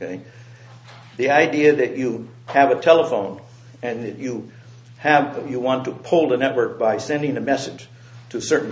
and the idea that you have a telephone and that you have that you want to pull the network by sending a message to certain